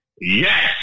yes